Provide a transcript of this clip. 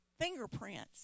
fingerprints